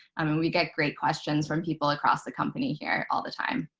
i mean, we get great questions from people across the company here all the time.